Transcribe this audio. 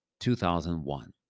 2001